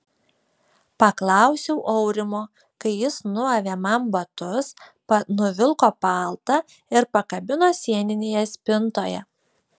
paklausiau aurimo kai jis nuavė man batus nuvilko paltą ir pakabino sieninėje spintoje